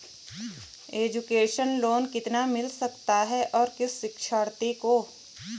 Education loan कितना मिल सकता है और किस शिक्षार्थी को?